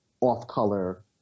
off-color